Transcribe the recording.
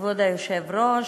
כבוד היושב-ראש,